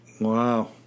Wow